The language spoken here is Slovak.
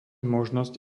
možnosť